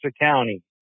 County